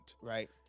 Right